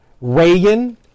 Reagan